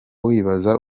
wibaza